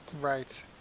right